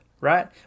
right